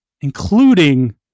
including